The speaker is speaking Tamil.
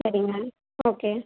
சரிங்க ஓகே